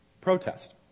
Protest